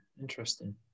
Interesting